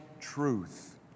truth